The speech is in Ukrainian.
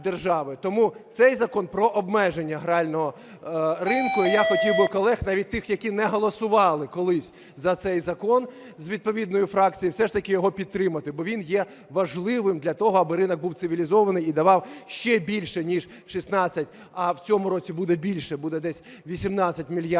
Тому цей закон про обмеження грального ринку. І я хотів би колег, навіть тих, які не голосували колись за цей закон з відповідної фракції, все ж таки його підтримати, бо він є важливим для того, аби ринок був цивілізований і давав ще більше ніж 16, а в цьому році буде більше, буде десь 18 мільярдів